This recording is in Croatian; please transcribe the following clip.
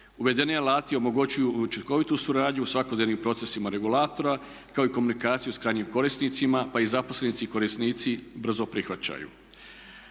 Uvedeni alati omogućuju učinkovitu suradnju u svakodnevnim procesima regulatora kao i komunikaciju s krajnjim korisnicima pa ih zaposlenici i korisnici brzo prihvaćaju.